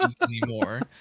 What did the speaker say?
anymore